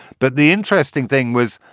but the interesting thing was,